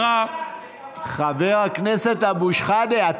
התנועה הכמעט-אוטומטית של פינוי הצידה של רגשות שליליים,